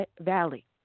Valley